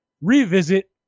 revisit